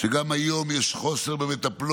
שגם היום יש בהם חוסר במטפלות,